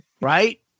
right